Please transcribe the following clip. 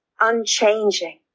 unchanging